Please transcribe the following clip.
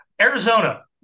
Arizona